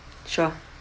sure